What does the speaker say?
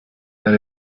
that